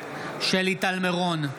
שלי טל מירון,